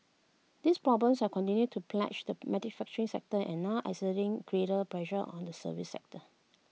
these problems have continued to pledge the manufacturing sector and now exerting greater pressure on the services sector